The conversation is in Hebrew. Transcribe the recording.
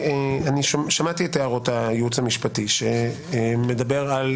שמעתי את הערות הייעוץ המשפטי שמדבר על